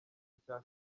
icya